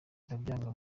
ndabyanga